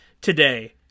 today